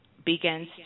Begins